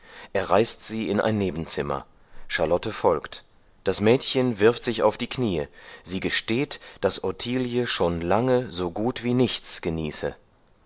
er reißt sie in ein nebenzimmer charlotte folgt das mädchen wirft sich auf die kniee sie gesteht daß ottilie schon lange so gut wie nichts genieße